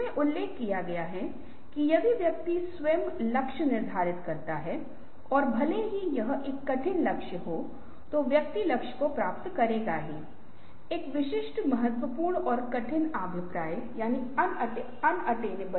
और विचार पीढ़ी के लिए विभिन्न तकनीकें हैं और इसके लिए marketing finance operations HR IT के डिफरेंट स्टेक होल्डर्स के प्रतिनिधि की भागीदारी की जरूरत है